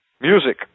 music